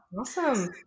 awesome